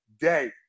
day